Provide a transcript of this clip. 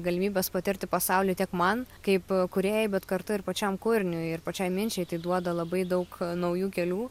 galimybes patirti pasaulį tiek man kaip kūrėjui bet kartu ir pačiam kūriniui ir pačiai minčiai tai duoda labai daug naujų kelių